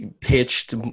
pitched